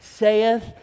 saith